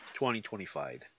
2025